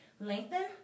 Lengthen